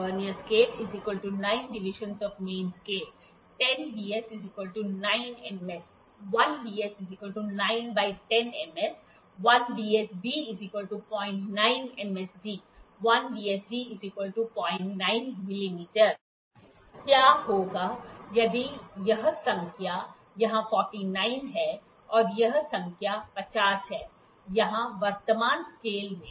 vernier scale VS के 10 division main scale MS के 9 division 10 divisions of Vernier Scale VS 9 divisions of Main Scale MS 10 VS 9 MS 10 VS 9 MS 1 VS MS 1 VSD 09 MSD 1 VSD 09 mm क्या होगा यदि यह संख्या यहां 49 है और यह संख्या 50 है यहाँ वर्तमान स्केल में